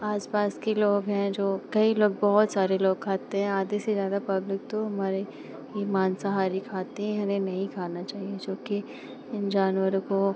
आसपास के लोग हैं जो कई लोग बहुत सारे लोग खाते हैं आधे से ज़्यादा पब्लिक तो हमारे ये मांसहारी खाते हैं उन्हें नहीं खाना चाहिए जो कि इन जानवरों को